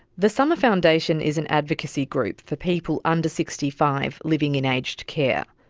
the summer foundation is an advocacy group for people under sixty five living in aged care.